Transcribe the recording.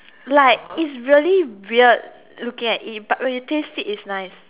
like it's really weird looking at it but when you taste it it's nice